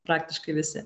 praktiškai visi